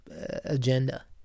agenda